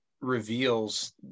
reveals